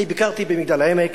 אני ביקרתי במגדל-העמק,